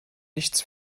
nichts